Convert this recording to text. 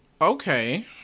Okay